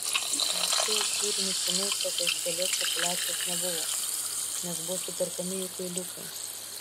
anksčiau usūrinių šunų tokios didelės populiacijos nebuvo nes buvo superkami jų kailiukai